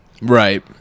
right